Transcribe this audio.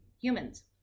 humans